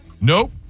Nope